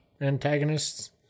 antagonists